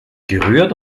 gerührt